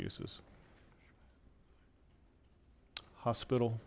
uses hospital